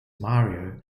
mario